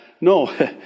no